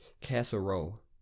casserole